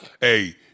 hey